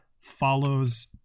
follows